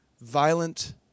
violent